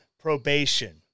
probation